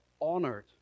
honored